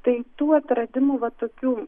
tai tų atradimų va tokių